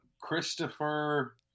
christopher